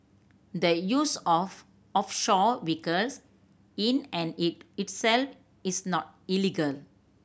the use of offshore vehicles in and itself is not illegal